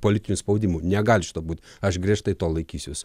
politinių spaudimų negali šito būti aš griežtai to laikysiuosi